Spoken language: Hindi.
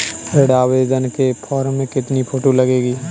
ऋण आवेदन के फॉर्म में कितनी फोटो लगेंगी?